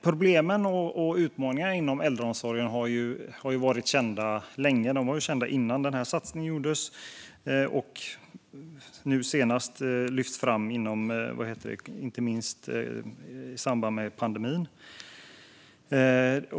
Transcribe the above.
Problemen och utmaningarna inom äldreomsorgen var kända långt innan denna satsning gjordes och lyftes inte minst fram under pandemin.